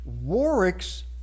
Warwick's